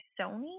Sony